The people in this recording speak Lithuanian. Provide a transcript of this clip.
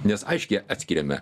nes aiškiai atskiriame